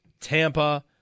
Tampa